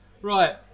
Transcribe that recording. Right